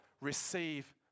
Receive